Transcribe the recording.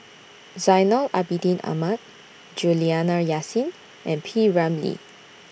Zainal Abidin Ahmad Juliana Yasin and P Ramlee